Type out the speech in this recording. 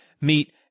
meet